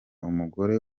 umugore